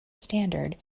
standard